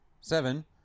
seven